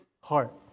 heart